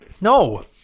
No